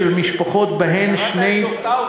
האחוז של משפחות שבהן שני, קראת את דוח טאוב?